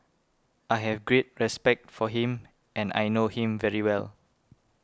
I have great respect for him and I know him very well